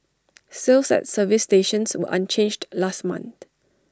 sales at service stations were unchanged last month